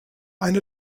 eine